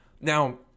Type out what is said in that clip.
Now